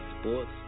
sports